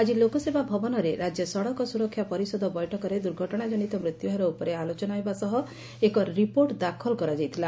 ଆଜି ଲୋକସେବା ଭବନରେ ରାଜ୍ୟ ସଡ଼କ ସୁରକ୍ଷା ପରିଷଦ ବୈଠକରେ ଦୁର୍ଘଟଣାଜନିତ ମୃତ୍ୟୁହାର ଉପରେ ଆଲୋଚନା ହେବା ସହ ଏକ ରିପୋର୍ଟ ଦାଖଲ କରାଯାଇଥିଲା